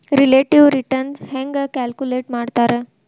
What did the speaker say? relative return ಹೆಂಗ calculate ಮಾಡ್ತಾರಾ